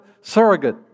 surrogate